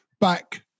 back